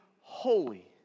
holy